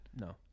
No